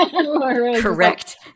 Correct